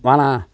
வாண்ணா